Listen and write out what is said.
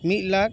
ᱢᱤᱫ ᱞᱟᱠᱷ